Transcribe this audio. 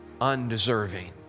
undeserving